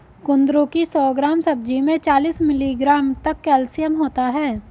कुंदरू की सौ ग्राम सब्जी में चालीस मिलीग्राम तक कैल्शियम होता है